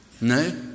No